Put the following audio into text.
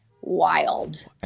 wild